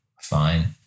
fine